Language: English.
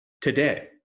today